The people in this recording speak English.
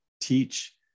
teach